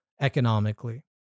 economically